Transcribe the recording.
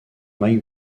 mike